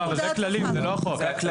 זה הכללים, זה לא חוק.